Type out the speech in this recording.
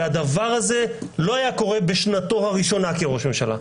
הדבר הזה לא היה קורה בשנתו הראשונה כראש ממשלה,